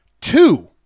two